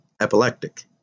epileptic